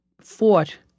fought